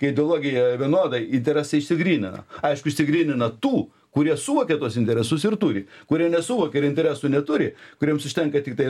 kai ideologija vienoda interesai išsigrynina aišku išsigrynina tų kurie suvokė tuos interesus ir turi kurie nesuvokė ir interesų neturi kuriems užtenka tiktai